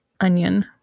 onion